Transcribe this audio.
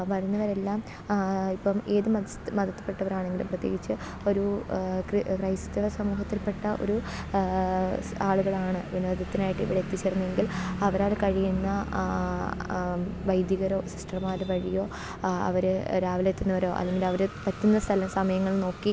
വരുന്നവരെല്ലാം ഇപ്പം ഏത് മതസ്ത് മതത്തിൽപ്പെട്ടവരാണെങ്കിലും പ്രത്യേകിച്ച് ഒരു ക്രൈസ്തവസമൂഹത്തിൽപ്പെട്ട ഒരു ആളുകളാണ് വിനോദത്തിനായിട്ടിവിടെഎത്തിച്ചേർന്നതെങ്കിൽ അവരാൽക്കഴിയുന്ന വൈദികരോ സിസ്റ്റർമ്മാർ വഴിയോ അവർ രാവിലെയെത്തുന്നവരോ അല്ലെങ്കിലവർ എത്തുന്ന സമയങ്ങൾ നോക്കി